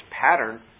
pattern